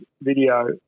video